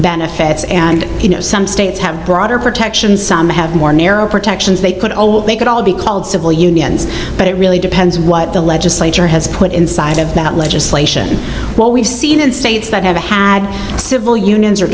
benefits and you know some states have broader protections some have more narrow protections they could all they could all be called civil unions but it really depends what the legislature has put inside of that legislation what we've seen in states that have had civil unions